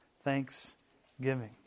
thanksgiving